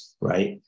right